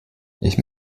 ich